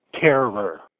terror